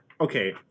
okay